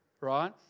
right